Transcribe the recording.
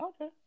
Okay